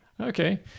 Okay